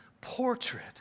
portrait